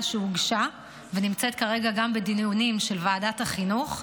שהוגשה ונמצאת כרגע גם בדיונים של ועדת החינוך.